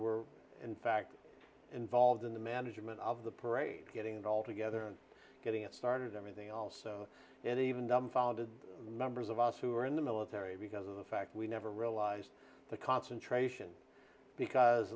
were in fact involved in the management of the parade getting it all together and getting it started everything else and even dumbfounded members of us who were in the military because of the fact we never realized the concentration because